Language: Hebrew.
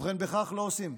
ובכן, בכך לא עושים.